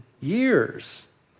years